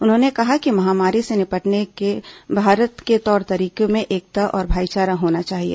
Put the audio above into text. उन्होंने कहा कि महामारी से निपटने के भारत के तौर तरीकों में एकता और भाईचारा होना चाहिए